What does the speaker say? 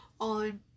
on